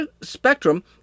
spectrum